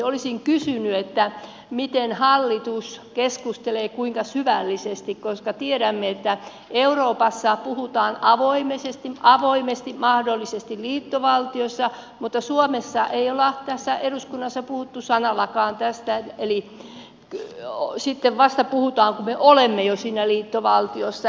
olisin kysynyt miten hallitus keskustelee kuinka syvällisesti koska tiedämme että euroopassa puhutaan avoimesti mahdollisesta liittovaltiosta mutta suomessa ei olla tässä eduskunnassa puhuttu sanallakaan tästä eli sitten vasta puhutaan kun me olemme jo siinä liittovaltiossa